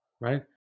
right